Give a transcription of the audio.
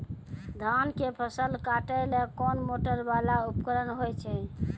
धान के फसल काटैले कोन मोटरवाला उपकरण होय छै?